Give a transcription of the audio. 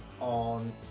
on